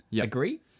Agree